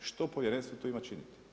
Što povjerenstvo tu ima činiti?